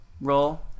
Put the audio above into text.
roll